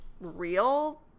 real